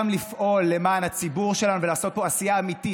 גם לפעול למען הציבור שלנו ולעשות פה עשייה אמיתית,